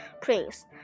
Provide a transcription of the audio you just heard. prince